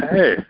Hey